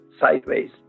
Sideways